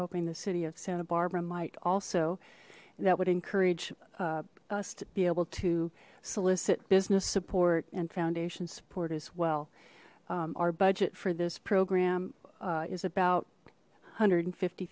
hoping the city of santa barbara might also that would encourage us to be able to solicit business support and foundation support as well our budget for this program is about one hundred and fifty